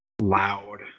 loud